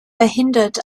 verhindert